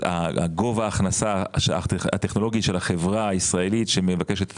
גובה ההכנסה הטכנולוגית של החברה הישראלית שמבקשת את